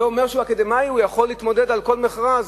זה אומר שהוא אקדמאי, הוא יכול להתמודד בכל מכרז,